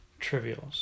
trivials